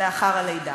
לאחר הלידה,